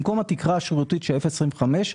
במקום תקרה שרירותית בגובה 0.25%,